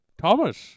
Thomas